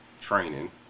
training